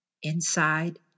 Inside